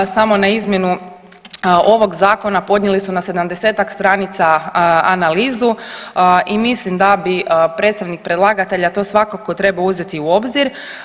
Samo na izmjenu ovog zakona podnijeli su na 70-ak stranica analizu i mislim da bi predstavnik predlagatelja to svakako trebao uzeti u obzir.